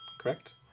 Correct